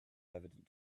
evident